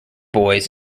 boys